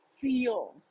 feel